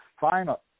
final